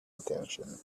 attention